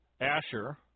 Asher